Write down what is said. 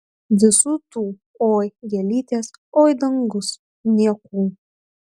visų tų oi gėlytės oi dangus niekų